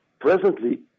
presently